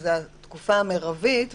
זו התקופה המרבית,